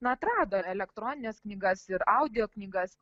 na atrado elektronines knygas ir audio knygas